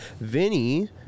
Vinny